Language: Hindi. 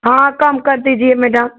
हाँ कम कर दीजिए मेडम